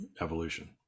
evolution